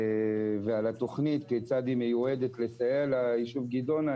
ועל התכנית, כיצד היא מיועדת לסייע ליישוב גדעונה.